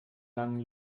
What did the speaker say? langen